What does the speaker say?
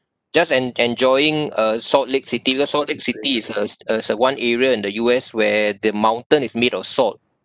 just en~ enjoying uh salt lake city because salt lake city is uh a is a one area in the U_S where the mountain is made of salt